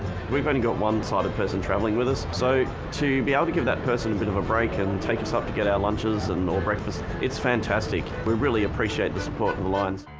we've only got one sighted person traveling with us, so to be able to give that person a bit of a break and take us up to get our lunches and or breakfast, it's fantastic. we really appreciate the support of the lions.